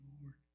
Lord